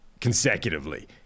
consecutively